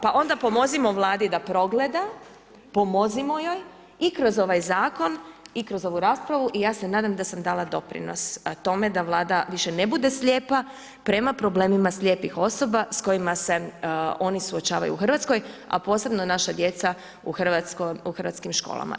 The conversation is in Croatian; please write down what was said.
Pa onda pomozimo Vladi da progleda, pomozimo joj i kroz ovaj zakon i kroz ovu raspravu i ja se nadam da sam dala doprinos tome da Vlada više ne bude slijepa prema problemima slijepih osoba s kojima se oni suočavaju u Hrvatskoj a posebno naša djeca u našim školama.